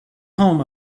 home